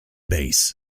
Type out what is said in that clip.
base